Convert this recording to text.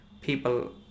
people